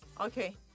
Okay